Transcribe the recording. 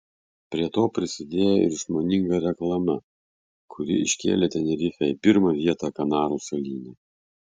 prie to prisidėjo ir išmoninga reklama kuri iškėlė tenerifę į pirmą vietą kanarų salyne